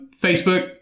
Facebook